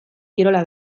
kirola